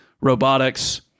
robotics